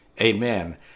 Amen